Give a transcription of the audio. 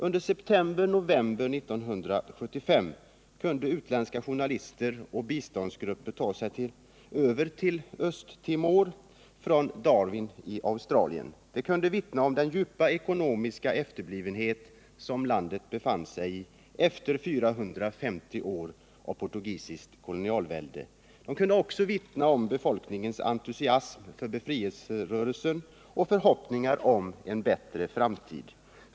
Under september-november 1975 kunde utländska journalister och biståndsgrupper ta sig över till Östra Timor från Darwin i Australien. De kunde vittna om den djupa ekonomiska efterblivenhet som landet befann sig i efter 450 år av portugisiskt kolonialvälde. De kunde också vittna om befolkningens entusiasm för befrielserörelsen och förhoppningar om en bättre framtid.